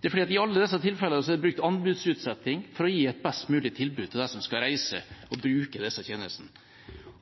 Det er fordi i alle disse tilfellene er det brukt anbudsutsetting for å gi et best mulig tilbud til dem som skal reise, dem som skal bruke disse tjenestene.